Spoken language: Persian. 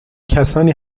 کسانی